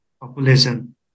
population